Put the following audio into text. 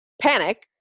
panic